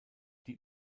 die